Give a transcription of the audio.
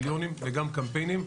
מיליונים וגם קמפיינים,